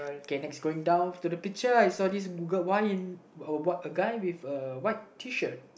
K next going down to the picture I saw this Googled why in uh a guy with a white Tshirt